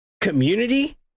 community